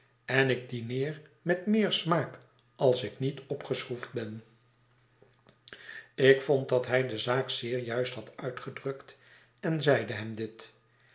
en ik dineer met meer smaak als ik niet opgeschroefd ben ik vond dat hij de zaak zeer juist had uitgedrukt en zeide hem dit